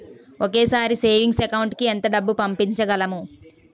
ఒకేసారి savings account కి ఎంత డబ్బు పంపించగలము?